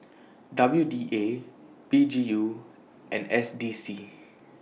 W D A P G U and S D C